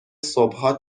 صبحها